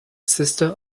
sister